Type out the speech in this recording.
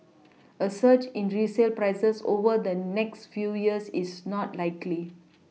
a surge in resale prices over the next few years is not likely